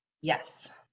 Yes